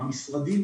המשרדים,